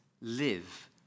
live